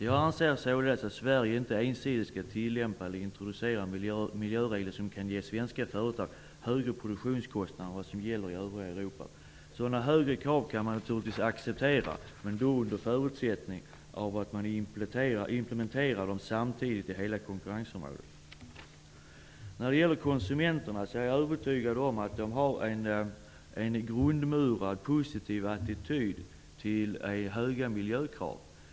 Jag anser således att Sverige inte ensidigt skall tillämpa eller introducera miljöregler som kan ge svenska företag högre produktionskostnader än vad som gäller i övriga Europa. Sådana högre krav kan man naturligtvis acceptera, men då under förutsättning att man implementerar dem samtidigt i hela konkurrensomårdet. Jag är övertygad om att konsumenterna har en grundmurad positiv attityd till höga miljökrav.